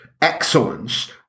excellence